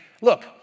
look